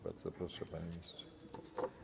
Bardzo proszę, panie ministrze.